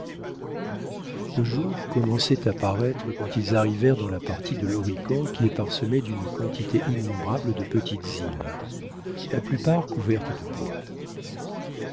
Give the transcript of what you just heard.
le jour commençait à paraître quand ils arrivèrent dans la partie de l'horican qui est parsemée d'une quantité innombrable de petites îles la plupart couvertes de bois